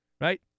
right